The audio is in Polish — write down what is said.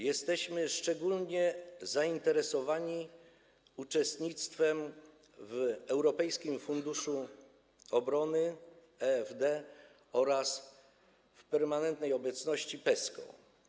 Jesteśmy szczególnie zainteresowani uczestnictwem w Europejskim Funduszu Obronnym (EDF) oraz permanentną obecnością w PESCO.